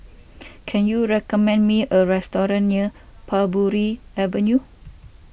can you recommend me a restaurant near Parbury Avenue